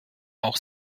auch